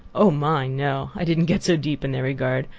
oh! my! no! i didn't get so deep in their regard.